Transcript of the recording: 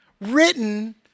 written